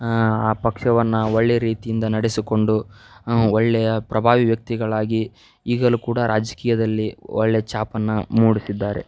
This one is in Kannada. ಆ ಪಕ್ಷವನ್ನು ಒಳ್ಳೆಯ ರೀತಿಯಿಂದ ನಡೆಸಿಕೊಂಡು ಒಳ್ಳೆಯ ಪ್ರಭಾವಿ ವ್ಯಕ್ತಿಗಳಾಗಿ ಈಗಲೂ ಕೂಡ ರಾಜಕೀಯದಲ್ಲಿ ಒಳ್ಳೆಯ ಛಾಪನ್ನು ಮೂಡಿಸಿದ್ದಾರೆ